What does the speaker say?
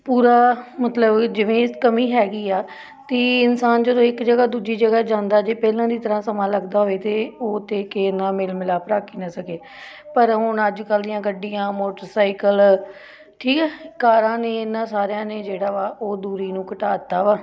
ਪੂਰਾ ਮਤਲਬ ਜਿਵੇਂ ਕਮੀ ਹੈਗੀ ਆ ਅਤੇ ਇਨਸਾਨ ਜਦੋਂ ਇੱਕ ਜਗ੍ਹਾ ਦੂਜੀ ਜਗ੍ਹਾ ਜਾਂਦਾ ਜੇ ਪਹਿਲਾਂ ਦੀ ਤਰ੍ਹਾਂ ਸਮਾਂ ਲੱਗਦਾ ਹੋਵੇ ਤਾਂ ਉਹ ਤਾਂ ਕਿਸੇ ਨਾਲ ਮੇਲ ਲਾਪ ਰੱਖ ਹੀ ਨਾ ਸਕੇ ਪਰ ਹੁਣ ਅੱਜ ਕੱਲ੍ਹ ਦੀਆਂ ਗੱਡੀਆਂ ਮੋਟਰਸਾਈਕਲ ਠੀਕ ਆ ਕਾਰਾਂ ਨੇ ਇਨ੍ਹਾਂ ਸਾਰਿਆਂ ਨੇ ਜਿਹੜਾ ਵਾ ਉਹ ਦੂਰੀ ਨੂੰ ਘਟਾ ਦਿੱਤਾ ਵਾ